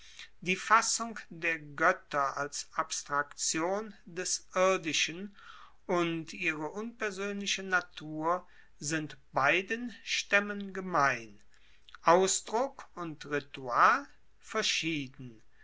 die fassung der goetter als abstraktion des irdischen und ihre unpersoenliche natur sind beiden staemmen gemein ausdruck und ritual verschieden